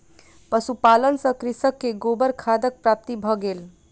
पशुपालन सॅ कृषक के गोबर खादक प्राप्ति भ गेल